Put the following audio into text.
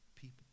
people